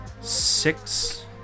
six